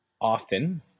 often